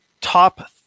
top